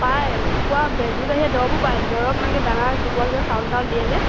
পায় কুকুৰা বেজীৰ বাহিৰে দৰবো পায় দৰব মানে কি এনেকৈ দানাৰ কুকুৰাক যে চাউল তাউল দিয়ে যে